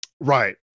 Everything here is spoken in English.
Right